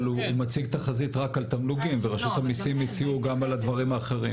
אבל הוא מציג תחזית רק על תמלוגים ורשות המסים הציגו גם על דברים אחרים.